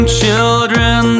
children